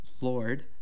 Lord